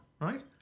right